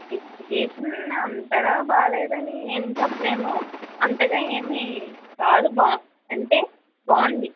education అంతగా బాగాలేదని ఏం చెప్పలేము అంతగా ఏమీ కాదు బా అంటే బాగుంది